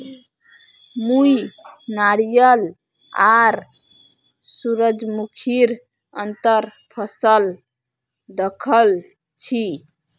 मुई नारियल आर सूरजमुखीर अंतर फसल दखल छी